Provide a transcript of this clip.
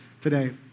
today